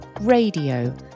RADIO